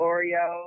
Oreo